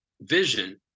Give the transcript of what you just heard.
vision